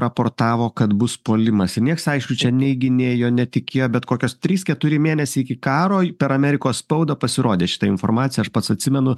raportavo kad bus puolimas ir nieks aišku čia nei ginėjo netikėjo bet kokios trys keturi mėnesiai iki karo per amerikos spaudą pasirodė šita informacija aš pats atsimenu